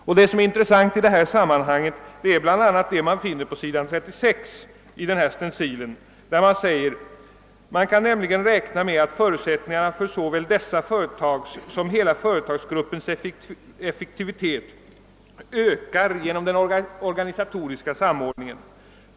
Vad som är intressant i det sammanhanget är bl.a. följande som står på s. 36: >Man kan nämligen räkna med att förutsättningarna för såväl dessa företags som hela företagsgruppens effektivitet ökar genom denna organisatoriska samordning.